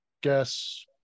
guess